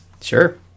sure